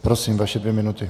Prosím, vaše dvě minuty.